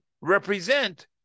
represent